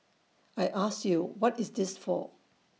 I ask you what is this for